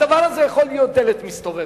הדבר הזה יכול להיות דלת מסתובבת,